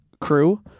crew